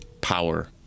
power